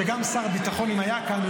שגם אם שר הביטחון היה כאן,